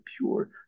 pure